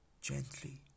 gently